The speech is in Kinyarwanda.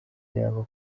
yaba